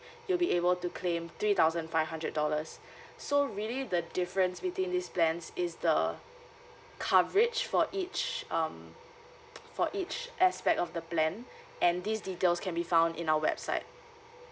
you'll be able to claim three thousand five hundred dollars so really the difference between these plans is the coverage for each um for each aspect of the plan and these details can be found in our website